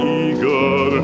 eager